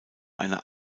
einer